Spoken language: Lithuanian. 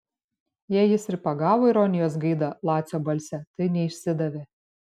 jei jis ir pagavo ironijos gaidą lacio balse tai neišsidavė